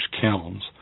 kilns